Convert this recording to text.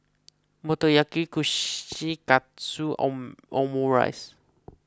Motoyaki Kushikatsu Omurice